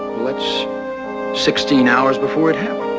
that's sixteen hours before it